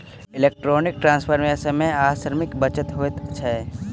electronic transfer मे समय आ श्रमक बचत होइत छै